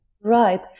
Right